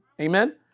amen